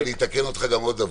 אני אתקן אותך בעוד דבר.